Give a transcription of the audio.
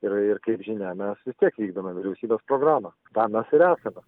ir ir kaip žinia mes vis tiek vykdome vyriausybės programą tam mes ir esame